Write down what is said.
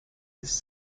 this